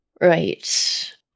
Right